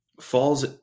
falls